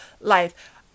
life